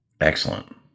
excellent